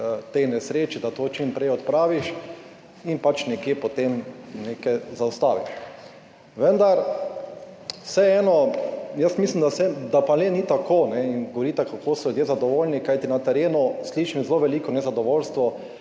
tej nesreči, da to čim prej odpraviš in se pač nekje potem nekaj zaustavi. Vendar jaz mislim, da vseeno pa le ni tako, govorite, kako so ljudje zadovoljni, kajti na terenu slišim zelo veliko nezadovoljstvo